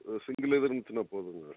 ஆ single இது இருந்துச்சுன்னா போதுங்க